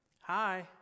Hi